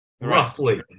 roughly